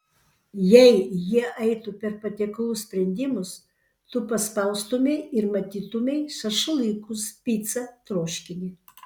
jei jie eitų per patiekalų sprendimus tu paspaustumei ir matytumei šašlykus picą troškinį